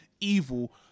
evil